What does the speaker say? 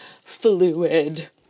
fluid